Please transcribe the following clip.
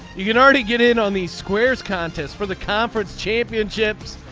you can already get in on these squares contests for the conference championships.